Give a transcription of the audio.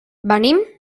venim